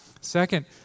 second